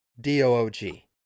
D-O-O-G